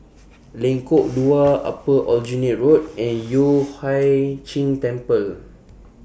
Lengkok Dua Upper Aljunied Road and Yueh Hai Ching Temple